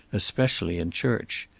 especially in church.